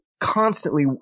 constantly